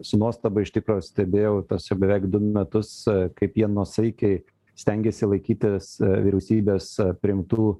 su nuostaba iš tikro stebėjau tas jau beveik du metus kaip jie nuosaikiai stengėsi laikytis vyriausybės priimtų